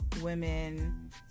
women